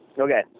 Okay